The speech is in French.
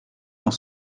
dans